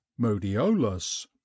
modiolus